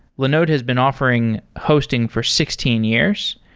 linode has been offering hosting for sixteen years,